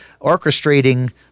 orchestrating